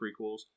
prequels